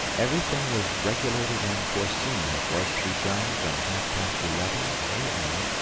everything was regulated and foreseen that was to be done from half-past eleven a m.